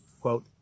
quote